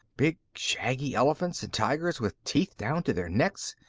big, shaggy elephants and tigers with teeth down to their necks.